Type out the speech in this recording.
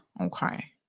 Okay